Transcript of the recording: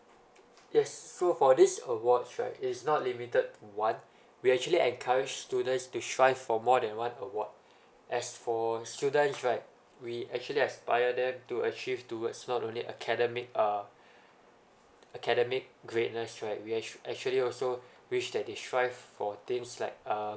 yes so for these awards right it's not limited to one we actually encourage students to strive for more than one award as for students right we actually aspire them to achieve towards not only academic uh academic greatness right we ach~ actually also wish that they strive for things like uh